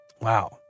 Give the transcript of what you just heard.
Wow